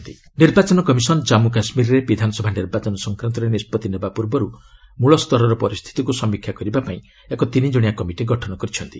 JK assembly election ନିର୍ବାଚନ commission Jammu କାଶ୍କୀରରେ ବିଧାନସଭା ନିର୍ବାଚନ ସଂକ୍ରାନ୍ତରେ ନିଷ୍ପଭି ନେବା ପୂର୍ବରୁ ମୂଳ ୍ତରର ପରିସ୍ଥିତିକୁ ସମୀକ୍ଷା କରିବାପାଇଁ ଏକ ତିନି ଜଣିଆ କମିଟି ଗଠନ କରିଛି